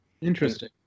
Interesting